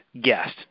guest